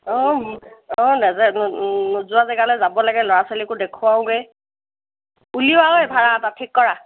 অঁ অঁ নেযায় নোযোৱা জেগালৈ যাব লাগে ল'ৰা ছোৱালীকো দেখুৱাওগৈ উলিওৱা ঐ ভাড়া এটা ঠিক কৰা